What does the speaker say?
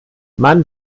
man